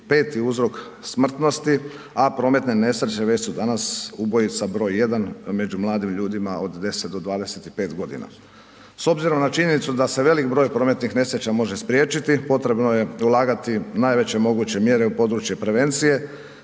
peti uzrok smrtnosti, a prometne nesreće već su danas ubojica broj jedan među mladim ljudima od 10 do 25 godina. S obzirom na činjenicu da se velik broj prometnih nesreća može spriječiti, potrebno je ulagati najveće moguće mjere u područje prevencije,